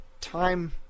time